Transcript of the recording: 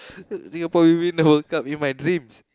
Singapore will win the World-Cup in my dreams